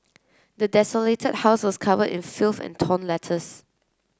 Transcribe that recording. the desolated house was covered in filth and torn letters